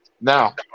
now